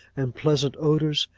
and pleasant odours,